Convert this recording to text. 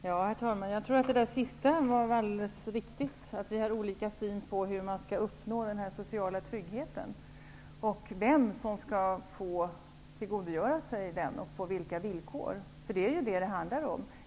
Herr talman! Det som Göte Jonsson sade sist är alldeles riktigt. Vi har olika syn på hur man skall uppnå den sociala tryggheten, vem som skall få tillgodogöra sig den och på vilka villkor. Det är det som det handlar om.